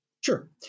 Sure